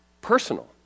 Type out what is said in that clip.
personal